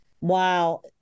Wow